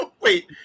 Wait